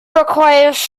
requires